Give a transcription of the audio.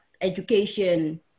education